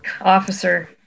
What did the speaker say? officer